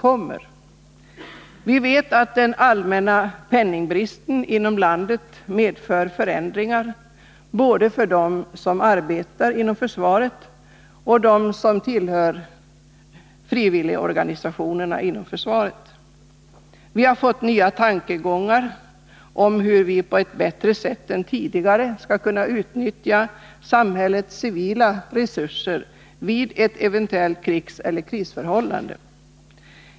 Vi vet att den Torsdagen den allmänna penningbristen medför förändringar, både för dem som arbetar 7 maj 1981 inom försvaret och för dem som tillhör frivilligorganisationerna, och det har kommit fram nya tankegångar om hur vi på ett bättre sätt än tidigare skall kunna utnyttja samhällets civila resurser vid ett eventuellt krigseller krisförhållande.